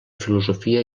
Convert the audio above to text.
filosofia